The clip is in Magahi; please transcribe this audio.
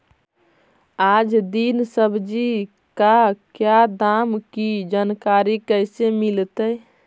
आज दीन सब्जी का क्या दाम की जानकारी कैसे मीलतय?